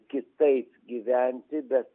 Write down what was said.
kitaip gyventi bet